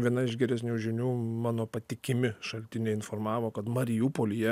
viena iš geresnių žinių mano patikimi šaltiniai informavo kad mariupolyje